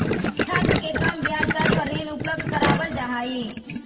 छात्र के कम ब्याज दर पर ऋण उपलब्ध करावल जा हई